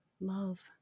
Love